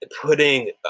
putting